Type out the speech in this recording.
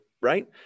Right